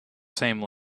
same